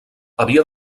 havia